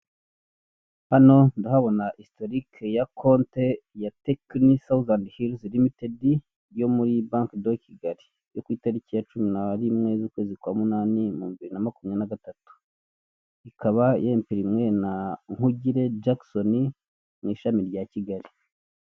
Hano ndahabona hisitorike ya konte ya tekini souzandi hilizi limitedi yo muri banki do Kigali yo ku itariki ya cumi na rimwe z'ukwezi kwa munani ibihumbi bibiri na makumyabiri na gatatu. Ikaba yempurimwe na Nkugire jakisoni mu ishami rya Kigali.